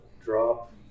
drop